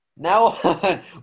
Now